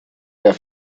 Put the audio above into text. der